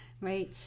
Right